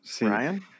Ryan